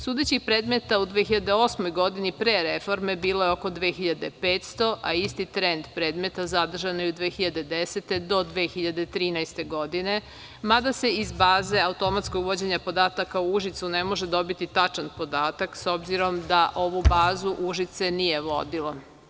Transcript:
Sudećih predmeta u 2008. godini, pre reforme, bilo je oko 2.500, a isti trend predmeta zadržan je i u 2010. do 2013. godine, mada se iz baze automatskog uvođenja podataka u Užicu ne može dobiti tačan podatak, s obzirom da ovu bazu Užice nije vodilo.